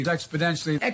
Exponentially